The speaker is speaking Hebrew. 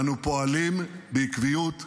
ואנו פועלים בעקביות להגשימן: